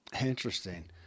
Interesting